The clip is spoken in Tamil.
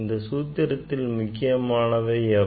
இந்த சூத்திரத்தில் முக்கியமானவை எவை